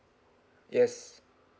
yes